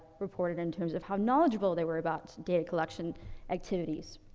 reported in terms of how knowledgeable they were about data collection activities.